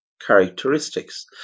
characteristics